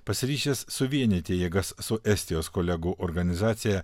pasiryžęs suvienyti jėgas su estijos kolegų organizacija